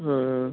ਹਾਂ